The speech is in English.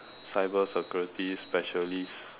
cyber security specialist